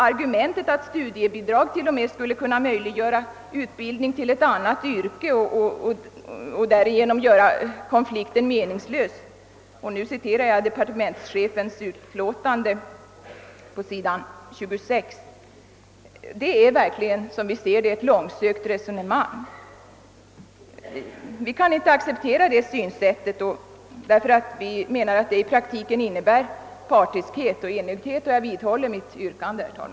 Argumentet att studiebidrag t.o.m. skulle kunna möjliggöra utbildning till ett annat yrke och därigenom göra konflikten meningslös, som det står i departementschefens yttrande, är verkligen, som vi ser det, ett långsökt resonemang. Vi kan inte acceptera det synsättet. Vi anser att det i praktiken innebär partiskhet och enögdhet. Jag vidhåller mitt yrkande, herr talman.